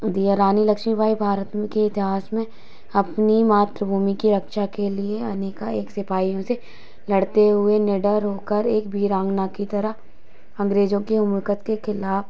दिया रानी लक्ष्मीबाई भारत में की इतिहास में अपनी मातृभूमि की रक्षा के लिए अनेका एक सिपाहियों से लड़ते हुए निडर होकर एक वीरांगना की तरह अंग्रेजों के हुकूमत के खिलाफ